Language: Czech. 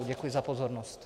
Děkuji za pozornost.